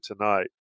tonight